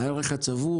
מהערך הצבור,